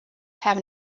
have